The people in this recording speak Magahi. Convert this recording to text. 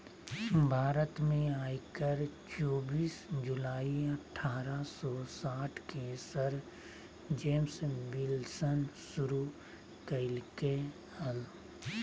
भारत में आयकर चोबीस जुलाई अठारह सौ साठ के सर जेम्स विल्सन शुरू कइल्के हल